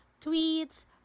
tweets